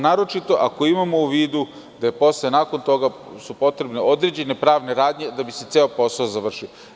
Naročito, ako imamo u vidu da nakon toga su potrebne određene pravne radnje da bi se ceo posao završio.